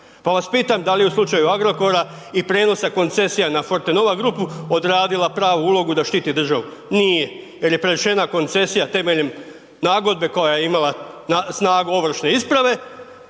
Pa vas pitam da li u slučaju Agrokora i prijenosa koncesija na Fortenova grupu odradila pravu ulogu da štiti državu? Nije jer je prenesena koncesija temeljem nagodbe koja je imala snagu ovršne isprave